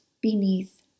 beneath